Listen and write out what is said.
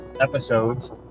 episodes